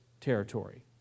territory